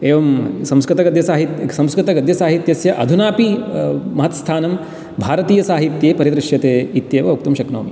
एवं संस्कृतगद्यसाहित्यस्य अधुनापि महत् स्थानं भारतीयसाहित्ये परिदृश्यते इत्येव वक्तुं शक्नोमि